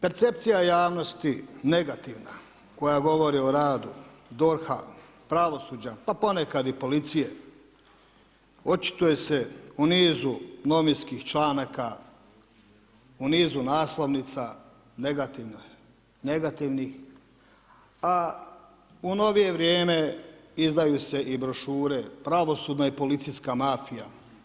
Percepcija javnosti negativna, koja govori o radu DORH-a, pravosuđa pa ponekad i policije, očituje se u nizu novinskih članaka, u nizu naslovnica negativnih, a u novije vrijeme izdaju se i brošure pravosudna i policijska mafija.